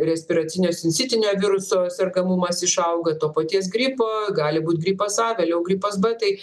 respiracinio sincitinio viruso sergamumas išauga to paties gripo gali būti gripas a vėliau gripas b tai